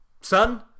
Son